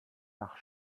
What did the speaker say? nach